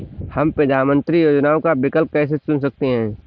हम प्रधानमंत्री योजनाओं का विकल्प कैसे चुन सकते हैं?